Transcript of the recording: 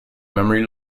memory